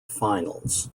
finals